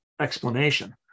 explanation